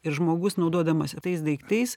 ir žmogus naudodamasis tais daiktais